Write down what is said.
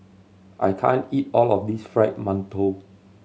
I can't eat all of this Fried Mantou